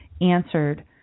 answered